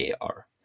AR